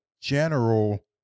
general